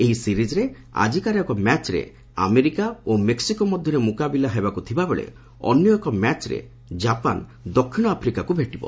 ଏହି ସିରିଜ୍ରେ ଆଜିକାର ଏକ ମ୍ୟାଚ୍ରେ ଆମେରିକା ଓ ମେକ୍କିକୋ ମଧ୍ଧରେ ମୁକାବିଲା ହେବାକୁ ଥିବା ବେଳେ ଅନ୍ୟ ଏକ ମ୍ୟାଚ୍ରେ ଜାପାନ୍ ଦକ୍ଷିଣ ଆଫ୍ରିକାକୁ ଭେଟିବ